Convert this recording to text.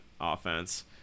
offense